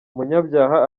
umunyabyaha